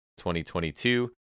2022